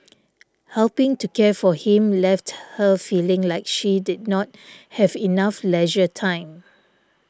helping to care for him left her feeling like she did not have enough leisure time